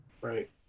Right